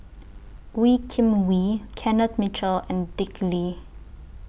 Wee Kim Wee Kenneth Mitchell and Dick Lee